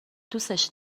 دوستش